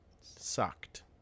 sucked